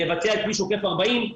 לבצע את כביש עוקף 40?